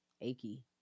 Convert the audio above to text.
achy